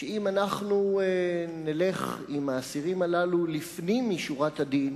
שאם אנחנו נלך עם האסירים הללו לפנים משורת הדין